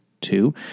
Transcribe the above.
two